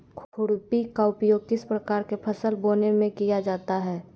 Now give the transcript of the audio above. खुरपी का उपयोग किस प्रकार के फसल बोने में किया जाता है?